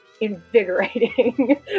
invigorating